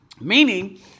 Meaning